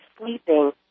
sleeping